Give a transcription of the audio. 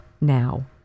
now